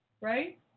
Right